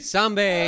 Samba